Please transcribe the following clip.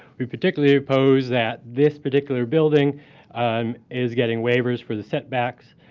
we particularly oppose that this particular building um is getting waivers for the setbacks.